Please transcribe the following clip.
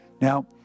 Now